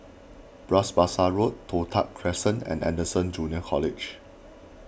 Bras Basah Road Toh Tuck Crescent and Anderson Junior College